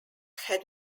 had